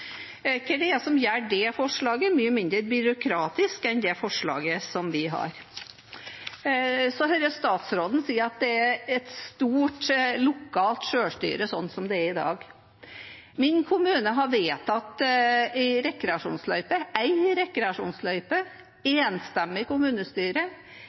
Hva er det som gjør det forslaget mye mindre byråkratisk enn det forslaget vi har? Så hører jeg statsråden si at det i stor grad er lokalt selvstyre slik det er i dag. Min kommune har vedtatt en rekreasjonsløype, en rekreasjonsløype,